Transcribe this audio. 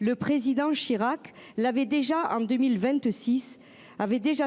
le président Chirac avait déjà